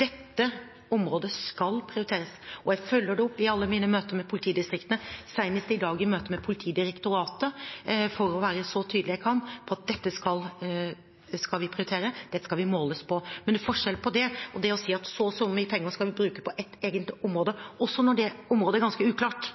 Dette området skal prioriteres, og jeg følger det opp i alle mine møter med politidistriktene, senest i dag i møte med Politidirektoratet, for å være så tydelig jeg kan på at dette skal vi prioritere; dette skal vi måles på. Det er forskjell på det og det å si at så og så mye penger skal vi bruke på ett eget område, også når det området er ganske uklart.